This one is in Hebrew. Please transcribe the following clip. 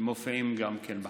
שמופיעים גם בחקיקה.